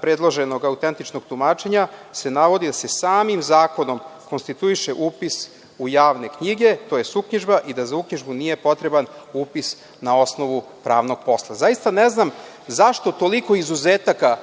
predloženog autentičnog tumačenja se navodi da se samim zakonom konstituiše upis u javne knjige, tj. uknjižba i da za uknjižbu nije potreban upis na osnovu pravnog posla. Zaista ne znam zašto toliko izuzetaka